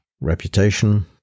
Reputation